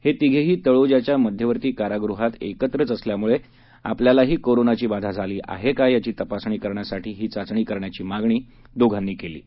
हे तिघंही तळोज्याच्या मध्यवर्ती कारागृहात एकत्रच असल्यामुळे आपल्यालाही कोरोनाची बाधा झाली आहे का याची तपासणी करण्यासाठी ही चाचणी करण्याची मागणी या दोघांनी केली आहे